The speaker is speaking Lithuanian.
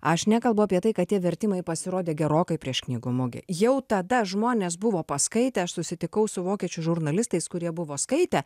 aš nekalbu apie tai kad tie vertimai pasirodė gerokai prieš knygų mugę jau tada žmonės buvo paskaitę aš susitikau su vokiečių žurnalistais kurie buvo skaitę